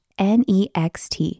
next